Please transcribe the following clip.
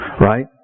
right